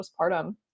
postpartum